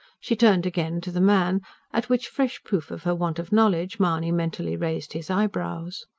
she turned again to the man at which fresh proof of her want of knowledge mahony mentally raised his eyebrows.